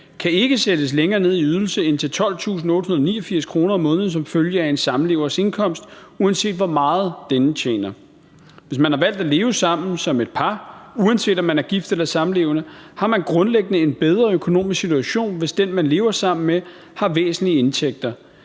kan ikke sættes længere ned i ydelse end til 12.889 kr. om måneden som følge af en samlevers indkomst, uanset hvor meget denne tjener. Hvis man har valgt at leve sammen som et par, uanset om man er gift eller samlevende, har man grundlæggende en bedre økonomisk situation, hvis den, som man lever sammen med, har væsentlige indtægter.